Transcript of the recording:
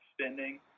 spending